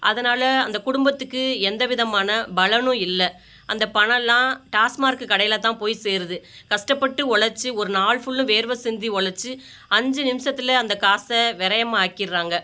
அதனால் அந்தக் குடும்பத்துக்கு எந்த விதமான பலனும் இல்லை அந்த பணமெல்லாம் டாஸ்மார்க்கு கடையில் தான் போய் சேருது கஷ்டப்பட்டு உழச்சு ஒரு நாள் ஃபுல்லும் வேர்வை சிந்தி உழச்சு அஞ்சு நிமிசத்தில் அந்த காசை விரையமா ஆக்கிடறாங்க